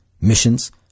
missions